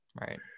right